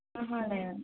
లేదండి